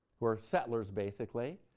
or settlers, basically,